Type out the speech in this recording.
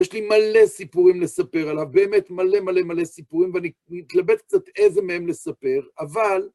יש לי מלא סיפורים לספר עליה, באמת מלא מלא מלא סיפורים, ואני אתלבט קצת איזה מהם לספר, אבל...